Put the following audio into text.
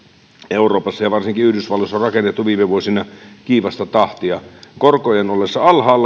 euroopassa ja varsinkin yhdysvalloissa on rakennettu viime vuosina kiivasta tahtia